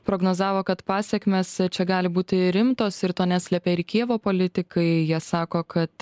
prognozavo kad pasekmės čia gali būti rimtos ir to neslepia ir kijevo politikai jie sako kad